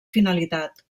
finalitat